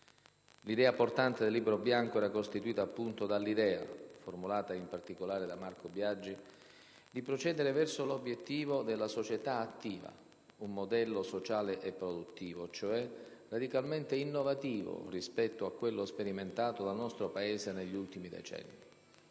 L'idea portante del Libro bianco era costituita appunto dall'idea, formulata in particolare da Marco Biagi, di procedere verso l'obiettivo della società attiva: un modello sociale e produttivo, cioè, radicalmente innovativo rispetto a quello sperimentato dal nostro Paese negli ultimi decenni.